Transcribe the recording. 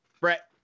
Brett